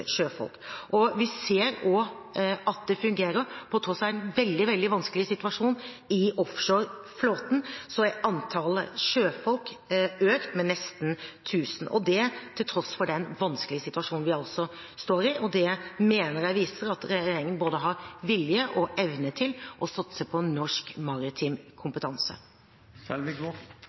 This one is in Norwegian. sjøfolk, og vi ser også at det fungerer. På tross av en veldig, veldig vanskelig situasjon i offshoreflåten er antallet sjøfolk økt med nesten 1 000 – det til tross for den vanskelige situasjonen vi er i – og det mener jeg viser at regjeringen har både vilje og evne til å satse på norsk maritim